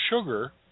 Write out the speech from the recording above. sugar